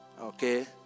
Okay